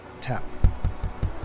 tap